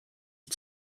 die